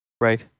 Right